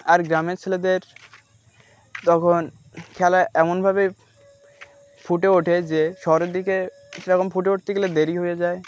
আর গ্রামের ছেলেদের তখন খেলা এমনভাবে ফুটে ওঠে যে শরের দিকে সেরকম ফুটে উঠতে গেলে দেরি হয়ে যায়